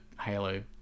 halo